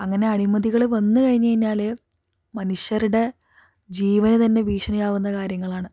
അങ്ങനെ അഴിമതികള് വന്ന് കഴിഞ്ഞ് കഴിഞ്ഞാല് മനുഷ്യരുടെ ജീവന് തന്നെ ഭീഷണി ആകുന്ന കാര്യങ്ങളാണ്